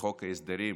לחוק ההסדרים,